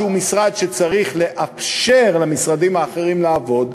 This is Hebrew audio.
שהוא משרד שצריך לאפשר למשרדים האחרים לעבוד,